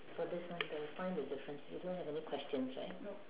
for this line you got to find the difference you don't have any questions right